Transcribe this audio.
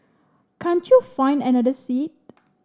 can't you find another seat